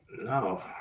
No